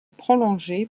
prolongée